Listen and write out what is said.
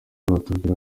batubwira